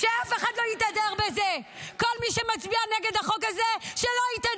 לא ייתכן שאני אקבל דחייה על החוק הזה.